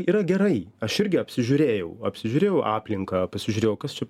yra gerai aš irgi apsižiūrėjau apsižiūrėjau aplinką pasižiūrėjau kas čia